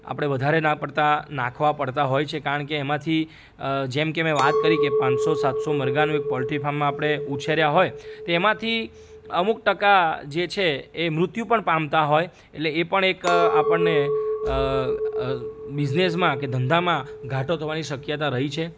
આપણે વધારેના પડતા નાખવા પડતા હોય છે કારણ કે એમાંથી જેમ કે મેં વાત કરી કે પાંચસો સાતસો મરઘાનું એક પોટરી ફામમાં આપણે ઉછેર્યા હોય તેમાંથી અમુક ટકા જે છે એ મૃત્યુ પણ પામતા હોય એટલે એ પણ એક આપણને બિસનેસમાં કે ધંધામાં ઘાટો થવાની શક્યતા રહી છે